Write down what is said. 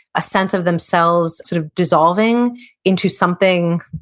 a sense of themselves sort of dissolving into something,